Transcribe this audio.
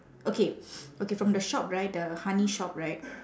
okay okay from the shop right the honey shop right